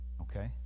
okay